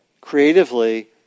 creatively